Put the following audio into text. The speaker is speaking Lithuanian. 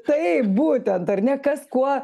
taip būtent ar ne kas kuo